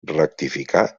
rectificar